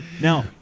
Now